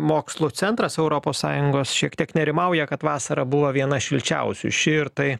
mokslų centras europos sąjungos šiek tiek nerimauja kad vasara buvo viena šilčiausių ši ir tai